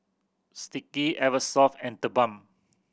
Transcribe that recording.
Sticky Eversoft and TheBalm